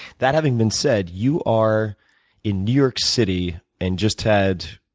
that having been said, you are in new york city and just had,